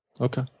Okay